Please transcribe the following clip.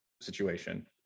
situation